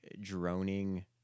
droning